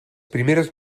primeres